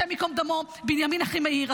השם ייקום דמו, בנימין אחימאיר.